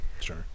sure